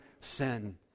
sin